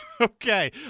Okay